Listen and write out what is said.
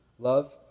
Love